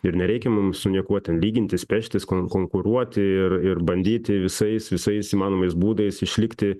ir nereikia mum su niekuo ten lygintis peštis kon konkuruoti ir ir bandyti visais visais įmanomais būdais išlikti